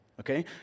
Okay